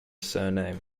surname